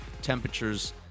temperatures